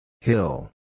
Hill